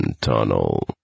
Tunnel